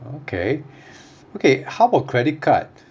okay okay how about credit card